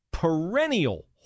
perennial